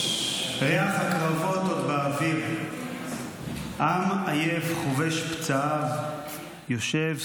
"ריח הקרבות עוד באוויר / עם עייף חובש פצעיו / יושב,